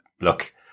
look